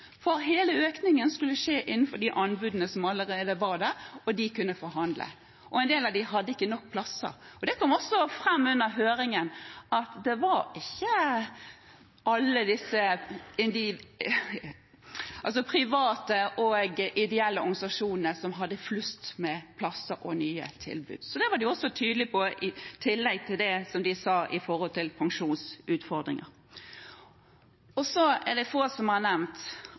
for hele økningen skulle skje innenfor de anbudene som allerede var der, og de kunne forhandle. En del av dem hadde ikke nok plasser. Under høringen kom det også fram at det ikke var alle disse private og ideelle organisasjonene som hadde flust med plasser og nye tilbud. Så de var tydelige også på det – i tillegg til det som de sa om pensjonsutfordringer. Det er få som har nevnt